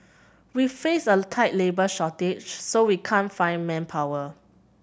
we face a tight labour shortage so we can't find manpower